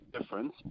difference